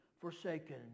forsaken